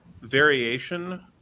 variation